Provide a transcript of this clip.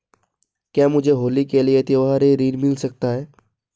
क्या मुझे होली के लिए त्यौहारी ऋण मिल सकता है?